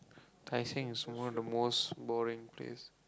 Tai-Seng is one of the most boring place